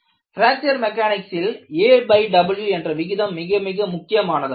fracture மெக்கானிக்சில் aW என்ற விகிதம் மிக மிக முக்கியமானதாகும்